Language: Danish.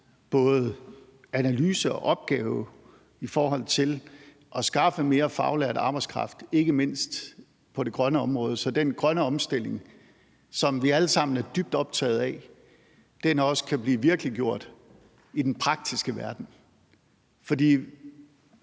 både analyse og opgave i forhold til at skaffe mere faglært arbejdskraft ikke mindst på det grønne område. Så den grønne omstilling, som vi alle sammen er dybt optagede af, også kan blive virkeliggjort i den praktiske verden.